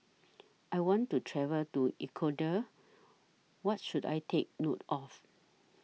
I want to travel to Ecuador What should I Take note of